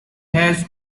has